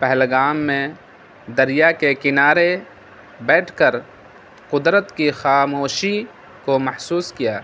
پہلگام میں دریا کے کنارے بیٹھ کر قدرت کی خاموشی کو محسوس کیا